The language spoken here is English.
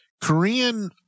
Korean